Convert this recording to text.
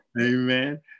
Amen